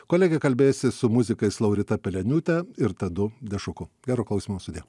kolegė kalbėsis su muzikais laurita peleniūte ir tadu dešuku gero klausymo sudie